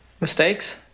Mistakes